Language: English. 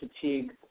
fatigue